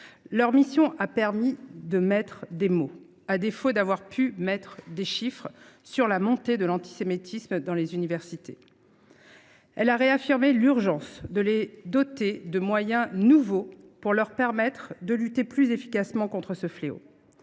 d’information a permis de mettre des mots, à défaut de chiffres, sur la montée de l’antisémitisme dans les universités. Elle nous a conduits à réaffirmer l’urgence de les doter de moyens nouveaux pour leur permettre de lutter plus efficacement contre ce fléau.